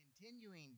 Continuing